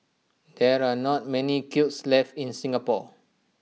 there are not many kilns left in Singapore